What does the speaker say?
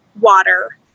water